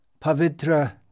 pavitra